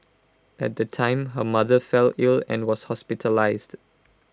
at the time her mother fell ill and was hospitalised